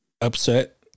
upset